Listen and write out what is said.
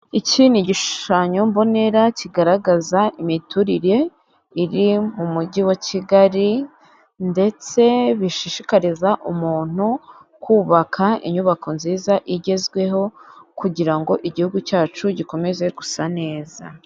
Iki ni igishushanyo mbonera kigaragaza imiturire iri mu mugi wa Kigali ndetse bishishikariza umuntu kubaka inyubako nziza igezweho kugira ngo igihugu cyacu gikomeze gusa neza.